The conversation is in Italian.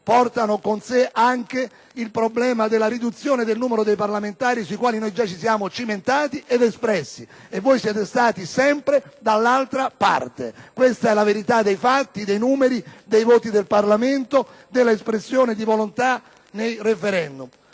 portano con sé anche il problema della riduzione del numero dei parlamentari, su cui già ci siamo cimentati ed espressi, e voi siete stati sempre dall'altra parte. Questa è la verità dei fatti, dei numeri, dei voti del Parlamento, dell'espressione di volontà nei *referendum*.